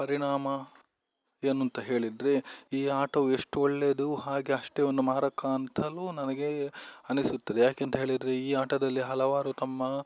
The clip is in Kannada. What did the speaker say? ಪರಿಣಾಮ ಏನು ಅಂತಹೇಳಿದ್ರೆ ಈ ಆಟವು ಎಷ್ಟು ಒಳ್ಳೆಯದು ಹಾಗೆ ಅಷ್ಟೇ ಒಂದು ಮಾರಕ ಅಂತಲು ನನಗೆ ಅನಿಸುತ್ತದೆ ಯಾಕೆ ಅಂತಹೇಳಿದ್ರೆ ಈ ಆಟದಲ್ಲಿ ಹಲವರು ತಮ್ಮ